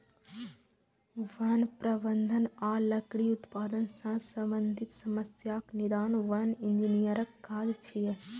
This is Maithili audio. वन प्रबंधन आ लकड़ी उत्पादन सं संबंधित समस्याक निदान वन इंजीनियरक काज छियै